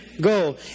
Go